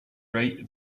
write